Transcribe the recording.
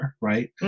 right